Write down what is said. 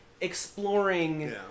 exploring